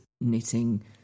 knitting